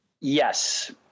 yes